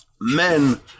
men